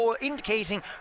indicating